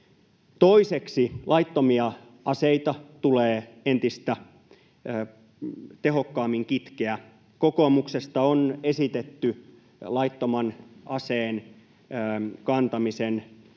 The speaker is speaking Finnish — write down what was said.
Toiseksi laittomia aseita tulee entistä tehokkaammin kitkeä. Kokoomuksesta on esitetty laittoman aseen kantamisen